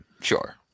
Sure